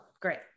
great